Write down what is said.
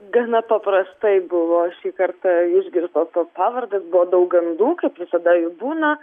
gana paprastai buvo šį kartą išgirstos tos pavardės buvo daug gandų kad visada jų būna